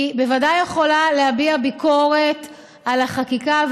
היא בוודאי יכולה להביע ביקורת על החקיקה,